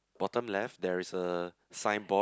bottom left there is a signboard